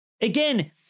Again